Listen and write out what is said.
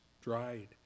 dried